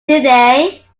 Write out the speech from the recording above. today